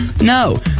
No